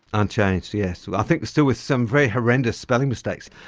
unchanged, yes. i think still with some very horrendous spelling mistakes.